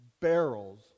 barrels